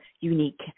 unique